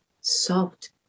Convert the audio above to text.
soft